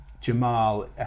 Jamal